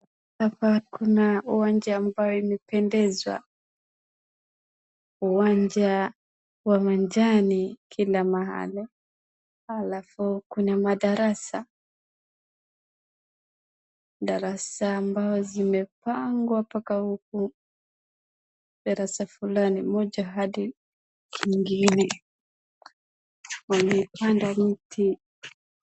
Hapa kuna uwanja ambayo imependeza. Uwanja wa majani kila mahali. Alafu kuna madarasa. Darasa ambazo zimepangwa mpaka huku. Darasa fulani, moja hadi lingine. Wamepanda miti.